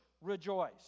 rejoice